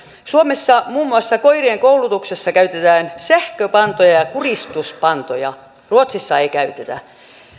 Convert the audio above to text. suomessa muun muassa koirien koulutuksessa käytetään sähköpantoja ja ja kuristuspantoja ruotsissa ei käytetä